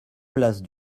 place